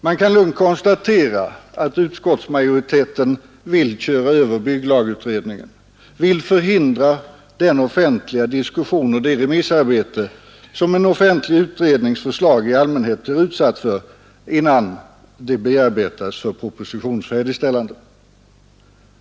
Det kan lugnt konstateras att utskottsmajoriteten vill ”köra över” bygglagutredningen, vill förhindra den offentliga diskussion och det remissarbete som en offentlig 142 utrednings förslag i allmänhet blir utsatt för innan det bearbetas för propositions färdigställande.